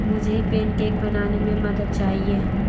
मुझे पेनकेक बनाने में मदद चाहिए